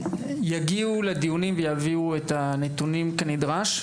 לא יגיעו לדיונים ויביאו את הנתונים כנדרש.